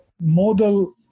model